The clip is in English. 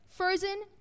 Frozen